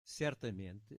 certamente